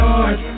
Lord